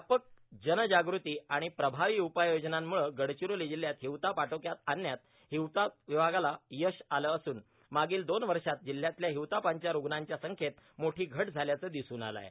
व्यापक जनजागृती आणि प्रभावी उपाययोजनांमुळं गडचिरोली जिल्ह्यात हिवताप आटोक्यात आणण्यात हिवताप विभागाला यश आलं असून मागच्या दोन वर्षात जिल्ह्यातल्या हिवतापाच्या रूग्णांच्या संख्येत मोठी घट झाल्याचं दिसून आलं आहे